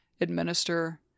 administer